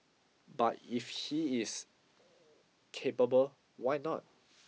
but if he is capable why not